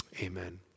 amen